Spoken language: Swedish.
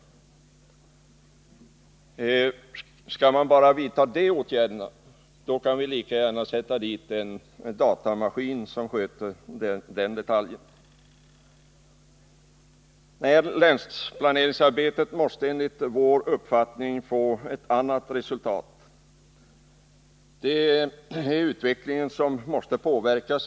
Vidtar regeringen bara sådana åtgärder kan den lika gärna låta en datamaskin sköta den detaljen. Länsplaneringsarbetet måste enligt vår uppfattning få ett annat resultat. Utvecklingen måste påverkas.